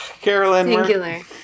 Carolyn